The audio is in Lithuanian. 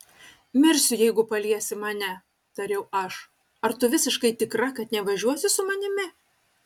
mirsiu jeigu paliesi mane tariau aš ar tu visiškai tikra kad nevažiuosi su manimi